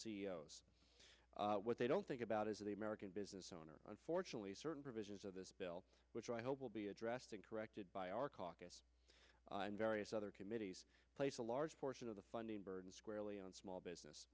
see what they don't think about as the american business owner unfortunately certain provisions of this bill which i hope will be addressed and corrected by our caucus and various other committees place a large portion of the funding burden squarely on small business